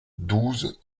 douze